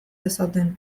dezaten